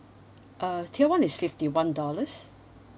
uh tier one is fifty one dollars